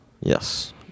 Yes